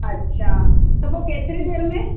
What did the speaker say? अच्छा त पोइ केतरी देरि में